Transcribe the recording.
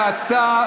ואתה,